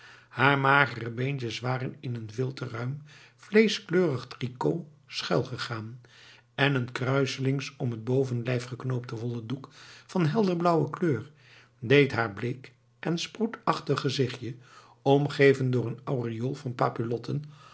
haar magere beentjes waren in een veel te ruim vleeschkleurig tricot schuilgegaan en een kruiselings om het bovenlijf geknoopte wollen doek van helderblauwe kleur deed haar bleek en sproetachtig gezichtje omgeven door een aureool van papillotten